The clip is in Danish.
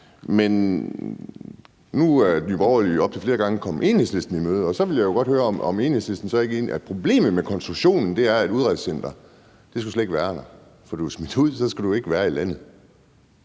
Men nu er Nye Borgerlige jo op til flere gange kommet Enhedslisten i møde, og så ville jeg jo godt høre, om Enhedslisten ikke er enig i, at problemet med konstruktionen er, at udrejsecentrene slet ikke skulle være der. For når du er smidt ud, skal du ikke være i landet.